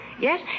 Yes